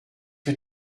que